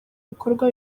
bikorwa